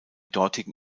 dortigen